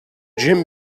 jim